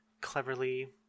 Cleverly